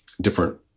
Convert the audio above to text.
different